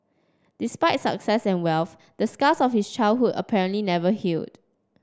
despite success and wealth the scars of his childhood apparently never healed